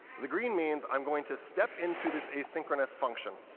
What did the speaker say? the green means i'm going to step into this asynchronous function.